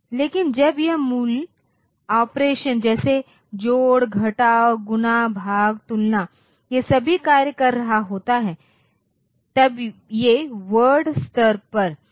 लेकिन जब यह मूल ऑपरेशन जैसे जोड़ घटाव गुणा भाग तुलना ये सभी कार्य कर रहा होता है तब ये वर्ड स्तर पर काम कर रहे होते हैं